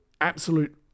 absolute